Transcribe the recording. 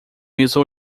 mesa